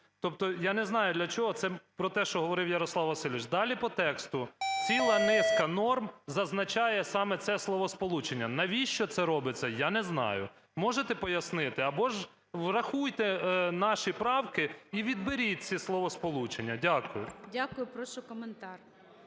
Тобто я не знаю, для чого це, про те, що говорив Ярослав Васильович. Далі по тексту. Ціла низка норм зазначає саме це словосполучення. Навіщо це робиться, я не знаю. Можете пояснити або ж врахуйте наші правки і відберіть ці словосполучення. Дякую. ГОЛОВУЮЧИЙ. Дякую. Прошу коментар.